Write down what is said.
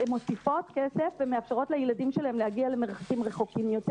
והן מוסיפות כסף ומאפשרות לילדים שלהם להגיע למרחקים רחוקים יותר.